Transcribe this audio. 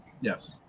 yes